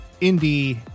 indie